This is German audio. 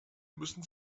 müssen